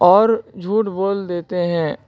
اور جھوٹ بول دیتے ہیں